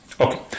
okay